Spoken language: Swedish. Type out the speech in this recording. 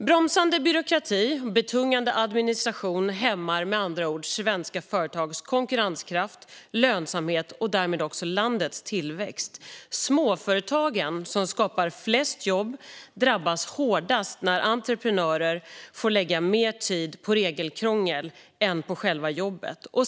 Bromsande byråkrati och betungande administration hämmar med andra ord svenska företags konkurrenskraft och lönsamhet och därmed landets tillväxt. Småföretagen, som skapar flest jobb, drabbas hårdast när entreprenörer får lägga mer tid på regelkrångel än på själva jobbet.